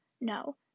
No